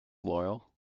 loyal